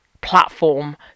platform